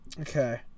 Okay